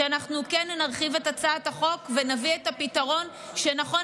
שאנחנו כן נרחיב את הצעת החוק ונביא את הפתרון שנכון,